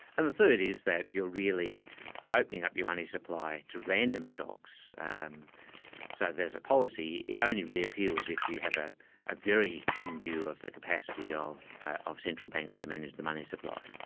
and the third is that you're really opening up your money supply to random shocks, and so that as a policy, it only really appeals if you have ah a very dim view of the capacity of of central banks to manage the money supply.